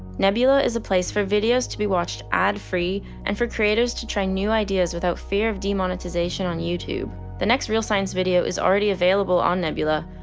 nebula is a place for videos to be watched ad free and for creators to try new ideas without fear of demonetization on youtube. the next real science video is already available on nebula,